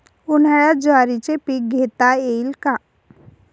उन्हाळ्यात ज्वारीचे पीक घेता येईल का?